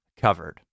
covered